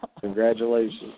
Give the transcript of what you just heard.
Congratulations